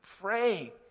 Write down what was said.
pray